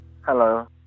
Hello